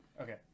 Okay